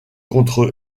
contre